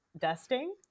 dusting